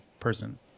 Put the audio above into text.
person